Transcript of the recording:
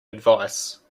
advice